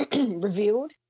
revealed